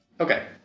Okay